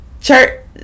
Church